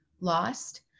lost